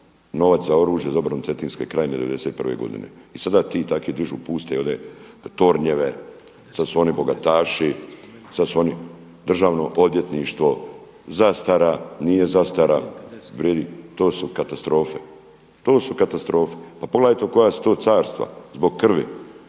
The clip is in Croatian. novac za oružje za obranu Cetinske krajine 91. godine. I sada ti, takvi dižu puste tornjeve, sada su oni bogataši, sada su oni državno odvjetništvo, zastara, nije zastara vrijedi. To su katastrofe, to su katastrofe. Pa pogledajte koja su to carstva zbog krvi,